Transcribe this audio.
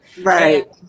Right